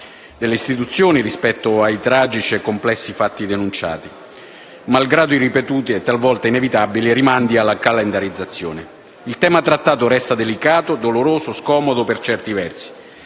delle istituzioni rispetto ai tragici e complessi fatti denunciati, malgrado i ripetuti e talvolta inevitabili rimandi della calendarizzazione. Il tema trattato resta delicato, doloroso e scomodo per certi versi.